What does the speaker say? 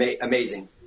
amazing